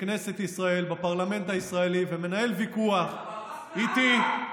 בכנסת ישראל, בפרלמנט הישראלי, ומנהל ויכוח, איתי,